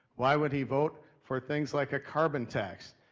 why would he vote for things like a carbon tax.